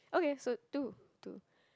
okay so two two